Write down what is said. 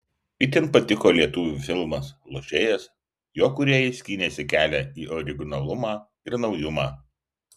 itin patiko lietuvių filmas lošėjas jo kūrėjai skynėsi kelią į originalumą ir naujumą